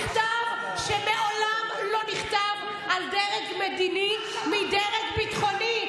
מכתב שמעולם לא נכתב על דרג מדיני מדרג ביטחוני,